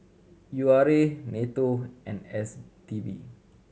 U R A NATO and S T B